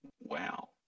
Wow